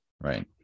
Right